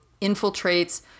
infiltrates